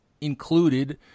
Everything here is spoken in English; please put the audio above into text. included